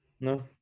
No